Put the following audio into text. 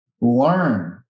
Learn